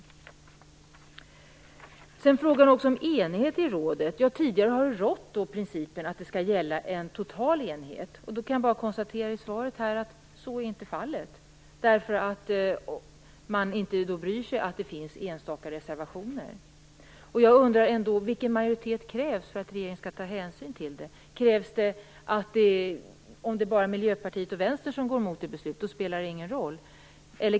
Sedan var det fråga om enigheten i rådet. Tidigare har den principen gällt att det skall råda total enighet. Efter att ha hört svaret kan jag konstatera att så inte längre är fallet. Man bryr sig inte om att det finns enstaka reservationer. Jag undrar vad som krävs för att rådet skall ta hänsyn till detta. Spelar det ingen roll om det bara är Miljöpartiet och Vänstern som går mot ett beslut?